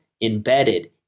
embedded